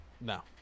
no